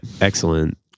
Excellent